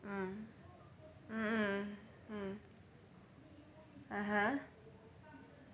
mm mm mm mm (uh huh)